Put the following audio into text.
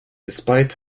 despite